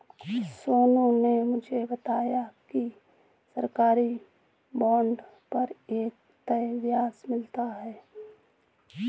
सोनू ने मुझे बताया कि सरकारी बॉन्ड पर एक तय ब्याज मिलता है